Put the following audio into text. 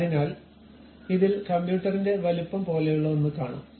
അതിനാൽ ഇതിൽ കമ്പ്യൂട്ടറിന്റെ വലുപ്പം പോലെയുള്ള ഒന്ന് കാണാം